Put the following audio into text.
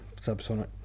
subsonic